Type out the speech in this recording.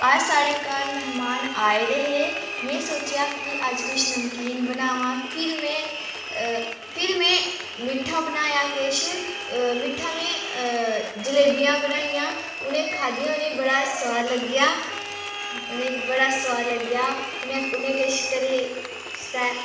अज्ज साढ़े घर मैह्मान आए दे हे में सोचेआ कि अज्ज किश नमकीन बनावां फिर में फिर में मिट्ठा बनाया किश मिट्ठा में जलेबियां बनाइयां उ'नें खाद्धियां उ'नेंई बड़ा सोआद लग्गेआ उ'नेंई बड़ा सोआद लग्गेआ उ'नें उ'नें किश घरें आस्तै